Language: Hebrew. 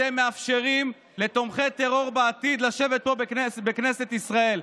אתם מאפשרים לתומכי טרור לשבת פה בעתיד בכנסת ישראל.